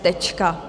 Tečka.